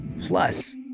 plus